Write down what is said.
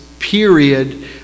period